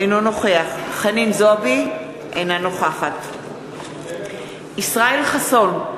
אינו נוכח חנין זועבי, אינה נוכחת ישראל חסון,